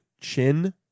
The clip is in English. Chin